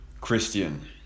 Christian